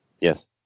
Yes